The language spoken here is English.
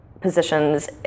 positions